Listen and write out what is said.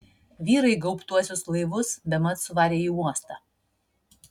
vyrai gaubtuosius laivus bemat suvarė į uostą